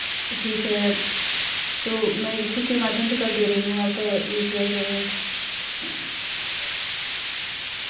ठीक है तो मैं इसी के माध्यम से कर दे रही हूँ आपका यू पी आई पेमेंट